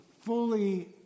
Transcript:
fully